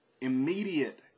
immediate